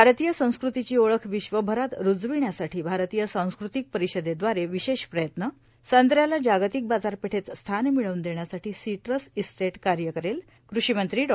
भारतीय संस्कृतीची ओळख विश्वभरात रुजविण्यासाठी भारतीय सांस्कृतिक परिषदेद्वारे विशेष प्रयत्नण संत्र्याला जागतिक बाजारपेठेत स्थान मिळवून देण्यासाठी श्सीटूस इस्टेटश कार्य करेल रू कृषी मंत्री डॉ